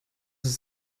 ist